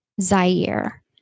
Zaire